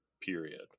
period